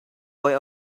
boy